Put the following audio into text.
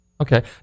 Okay